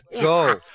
go